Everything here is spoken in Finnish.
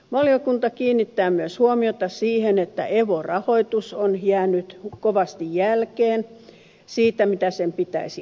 valiokunta kiinnittää myös huomiota siihen että evo rahoitus on jäänyt kovasti jälkeen siitä mitä sen pitäisi olla